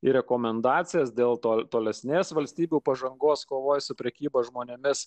ir rekomendacijas dėl to tolesnės valstybių pažangos kovoje su prekyba žmonėmis